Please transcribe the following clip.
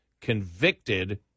convicted